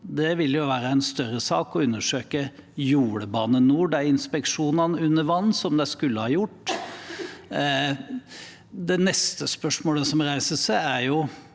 Det vil være en større sak å undersøke om Bane NOR gjorde de inspeksjonene under vann som de skulle ha gjort. Det neste spørsmålet som reiser seg –